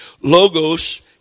Logos